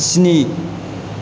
स्नि